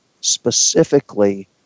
specifically